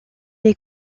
est